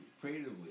creatively